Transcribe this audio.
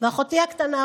אחותי הקטנה,